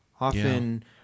Often